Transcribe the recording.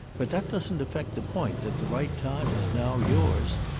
but that doesn't affect the point that the right time is now yours.